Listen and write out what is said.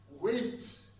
wait